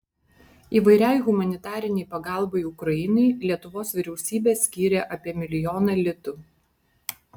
įvairiai humanitarinei pagalbai ukrainai lietuvos vyriausybė skyrė apie milijoną litų